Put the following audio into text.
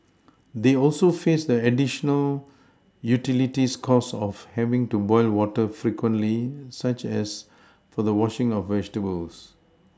they also faced the additional utilities cost of having to boil water frequently such as for the washing of vegetables